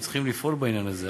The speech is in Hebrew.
הם צריכים לפעול בעניין הזה.